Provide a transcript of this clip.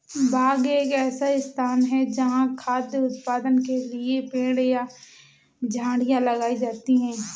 बाग एक ऐसा स्थान है जहाँ खाद्य उत्पादन के लिए पेड़ या झाड़ियाँ लगाई जाती हैं